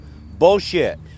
Bullshit